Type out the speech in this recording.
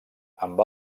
amb